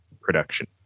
production